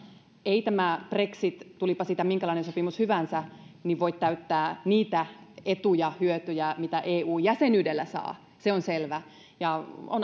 ei tämä brexit tulipa siitä minkälainen sopimus hyvänsä voi täyttää niitä etuja hyötyjä mitä eu jäsenyydellä saa se on selvä ja on